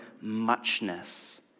muchness